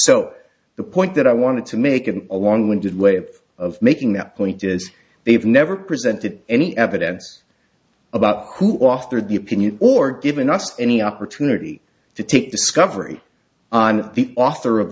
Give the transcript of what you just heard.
so the point that i wanted to make him a long winded way of making that point is they've never presented any evidence about who authored the opinion or given us any opportunity to take discovery on the author of